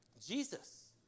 Jesus